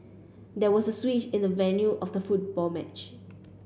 there was a switch in the venue of the football match